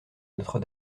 notre